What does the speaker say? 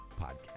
podcast